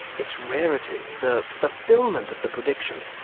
its rarity, the fulfilment of the prediction,